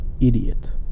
idiot